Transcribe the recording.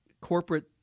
corporate